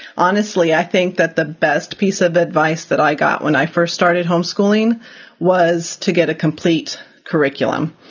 honestly, i think that the best piece of advice that i got when i first started homeschooling was to get a complete curriculum,